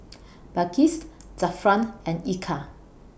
Balqis Zafran and Eka